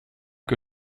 que